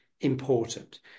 important